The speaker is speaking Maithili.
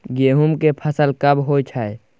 गेहूं के फसल कब होय छै?